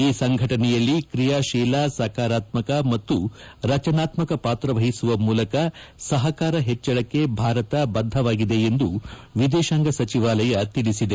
ಈ ಸಂಘಟನೆಯಲ್ಲಿ ಕ್ರಿಯಾಶೀಲ ಸಕಾರಾತ್ಸಕ ಮತ್ತು ರಚನಾತ್ಸಕ ಪಾತ್ರವಹಿಸುವ ಮೂಲಕ ಸಹಕಾರ ಹೆಚ್ಚಳಕ್ಕೆ ಭಾರತ ಬದ್ಧವಾಗಿದೆ ಎಂದು ವಿದೇಶಾಂಗ ಸಚಿವಾಲಯ ತಿಳಿಸಿದೆ